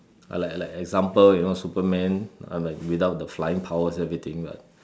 like like example you know Superman ah like without the flying powers everything but